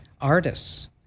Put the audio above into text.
artists